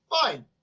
Fine